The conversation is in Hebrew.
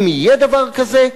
אם יהיה דבר כזה,